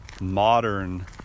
modern